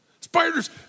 Spiders